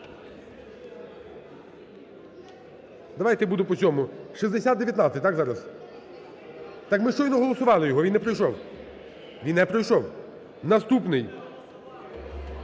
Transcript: Давайте, буду по цьому. 6019, так, зараз? Так ми щойно голосували його, він не пройшов. Він не пройшов. Наступний.